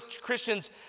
Christians